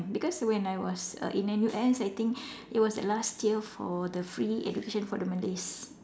because when I was err in N_U_S I think it was the last tier for the free education for the Malays